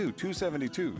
272